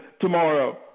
tomorrow